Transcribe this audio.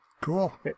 Cool